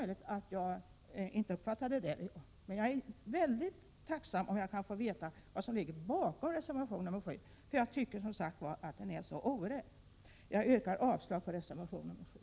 Jag är mycket tacksam om jag kan få veta vad som ligger bakom reservation nr 7, som jag alltså tycker är oriktig. Jag yrkar avslag på reservation nr 7.